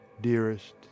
dearest